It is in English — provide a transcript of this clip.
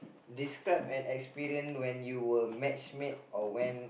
describe an experience when you were match made or went